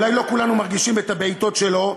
אולי לא כולנו מרגישים את הבעיטות שלו,